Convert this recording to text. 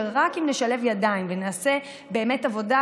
שרק אם נשלב ידיים ונעשה באמת עבודה